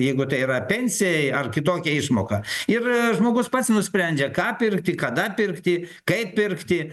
jeigu tai yra pensijai ar kitokia išmoka ir žmogus pats nusprendžia ką pirkti kada pirkti kaip pirkti